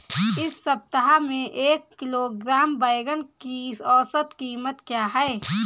इस सप्ताह में एक किलोग्राम बैंगन की औसत क़ीमत क्या है?